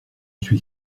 suis